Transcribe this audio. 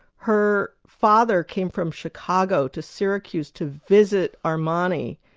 her father came from chicago to syracuse to visit armani,